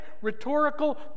rhetorical